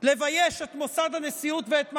לבייש את מוסד הנשיאות ואת מעמדו,